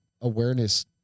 awareness